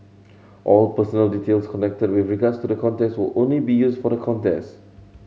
all personal details collected with regards to the contest or only be used for the contest